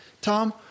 Tom